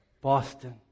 Boston